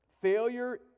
Failure